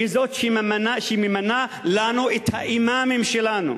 היא זאת שממנה לנו את האימאמים שלנו.